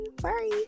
sorry